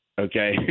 Okay